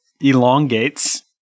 elongates